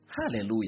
Hallelujah